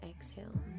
exhale